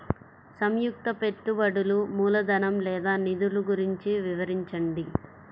సంయుక్త పెట్టుబడులు మూలధనం లేదా నిధులు గురించి వివరించండి?